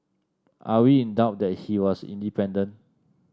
are we in doubt that he was independent